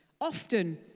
Often